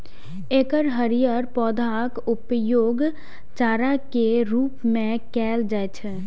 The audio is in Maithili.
एकर हरियर पौधाक उपयोग चारा के रूप मे कैल जाइ छै